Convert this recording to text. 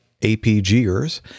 APGers